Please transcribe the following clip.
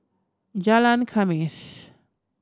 Jalan Khamis